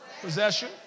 Possession